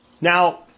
Now